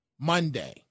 Monday